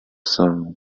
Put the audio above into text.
some